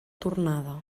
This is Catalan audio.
tornada